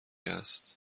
است